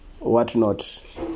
whatnot